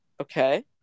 Okay